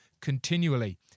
continually